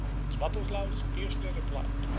and swatoslaus fiercely replied,